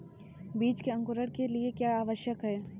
बीज के अंकुरण के लिए क्या आवश्यक है?